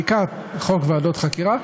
בעיקר חוק ועדות חקירה,